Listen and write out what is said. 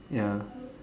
ya